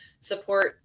support